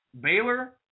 Baylor